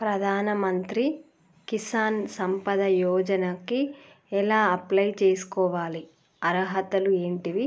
ప్రధాన మంత్రి కిసాన్ సంపద యోజన కి ఎలా అప్లయ్ చేసుకోవాలి? అర్హతలు ఏంటివి?